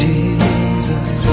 Jesus